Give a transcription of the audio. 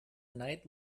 night